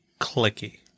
clicky